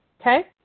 okay